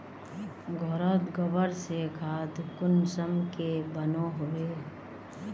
घोरोत गबर से खाद कुंसम के बनो होबे?